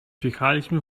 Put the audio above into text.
wjechaliśmy